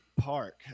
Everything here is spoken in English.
park